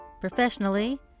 Professionally